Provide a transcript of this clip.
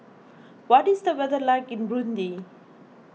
what is the weather like in Burundi